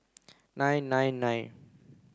nine nine nine